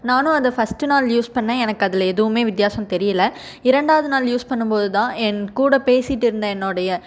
நானும் அந்த ஃபர்ஸ்ட் நாள் யூஸ் பண்ணேன் எனக்கு அதில் எதுவுமே வித்தியாசம் தெரியலை இரண்டாவது நாள் யூஸ் பண்ணும்போதுதான் என்கூட பேசிட்டு இருந்த என்னுடைய